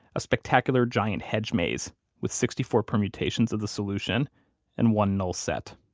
a spectacular giant hedge maze with sixty four permutations of the solution and one null set.